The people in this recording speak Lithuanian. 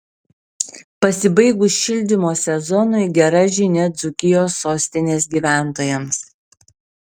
pasibaigus šildymo sezonui gera žinia dzūkijos sostinės gyventojams